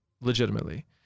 legitimately